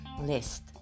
list